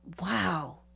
Wow